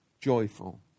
joyful